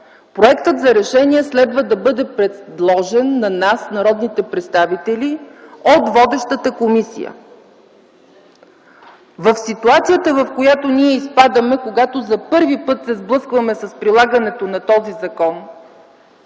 проектът за решение трябва да бъде предложен на нас – народните представители, от водещата комисия. В ситуацията, в която изпадаме, когато за първи път се сблъскваме с прилагането на този закон,